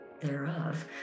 thereof